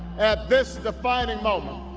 at this defining moment,